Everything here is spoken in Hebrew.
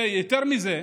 ויותר מזה,